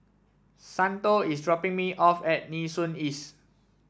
Santo is dropping me off at Nee Soon East